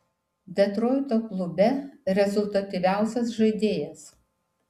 detroito klube rezultatyviausias žaidėjas